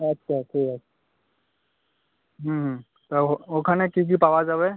আচ্ছা ঠিক আছে হুম হুম তা ও ওখানে কী কী পাওয়া যাবে